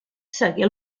seguir